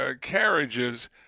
carriages